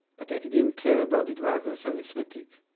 but eddie didn't care about the driver's arithmetic.